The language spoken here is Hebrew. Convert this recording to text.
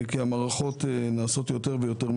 כי המערכות נעשות יותר ויותר משוכללות